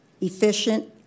efficient